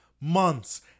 months